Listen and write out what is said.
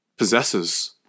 possesses